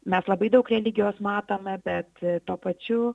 mes labai daug religijos matome bet tuo pačiu